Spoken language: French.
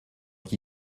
qui